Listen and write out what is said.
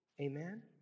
amen